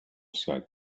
said